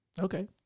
Okay